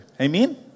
Amen